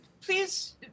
please